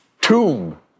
tomb